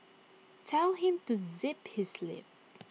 tell him to zip his lip